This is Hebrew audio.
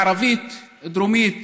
מערבית-דרומית